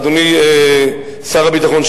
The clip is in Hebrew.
אדוני שר הביטחון,